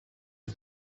ati